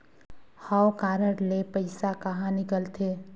हव कारड ले पइसा कहा निकलथे?